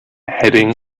heading